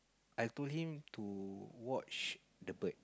I told him to watch the bird